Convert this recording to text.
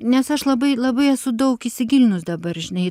nes aš labai labai esu daug įsigilinus dabar žinai